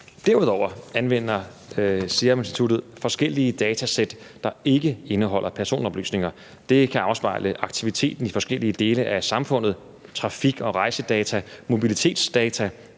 Derudover anvender Seruminstituttet forskellige datasæt, der ikke indeholder personoplysninger. Det kan afspejle aktiviteten i forskellige dele af samfundet: trafik og rejsedata, mobilitetsdata,